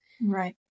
Right